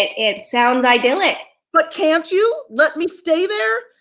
it it sounds idyllic. but can't you let me stay there?